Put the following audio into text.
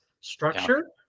structure